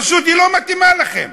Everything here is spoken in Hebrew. פשוט, היא לא מתאימה לכם.